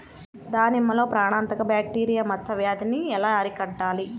దానిమ్మలో ప్రాణాంతక బ్యాక్టీరియా మచ్చ వ్యాధినీ ఎలా అరికట్టాలి?